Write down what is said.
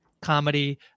comedy